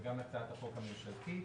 וגם הצעת החוק הממשלתית